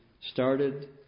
started